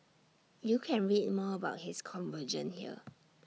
you can read more about his conversion here